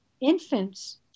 Infants